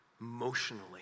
emotionally